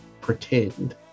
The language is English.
pretend